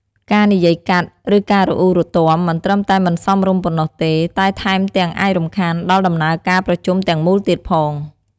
ការនិយាយកាត់ ឬការរអ៊ូរទាំ មិនត្រឹមតែមិនសមរម្យប៉ុណ្ណោះទេ តែថែមទាំងអាចរំខានដល់ដំណើរការប្រជុំទាំងមូលទៀតផង។